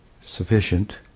sufficient